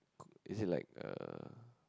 is it like uh